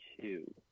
two